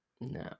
No